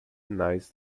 denies